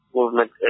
movement